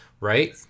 right